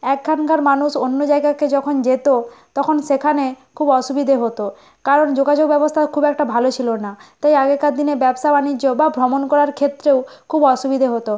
একখানকার মানুষ অন্য জায়গাকে যখন যেতো তখন সেখানে খুব অসুবিধে হতো কারণ যোগাযোগ ব্যবস্থা খুব একটা ভালো ছিলো না তাই আগেকার দিনে ব্যবসা বাণিজ্য বা ভ্রমণ করার ক্ষেত্রেও খুব অসুবিধে হতো